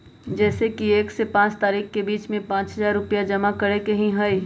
जैसे कि एक से पाँच तारीक के बीज में पाँच हजार रुपया जमा करेके ही हैई?